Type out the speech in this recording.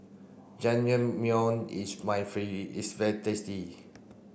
Jajangmyeon is is very tasty